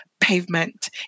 pavement